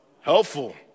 Helpful